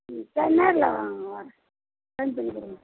ம் சரி நேர்ல வாங்க வரேன் கம்மி பண்ணி கொடுங்க